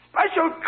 Special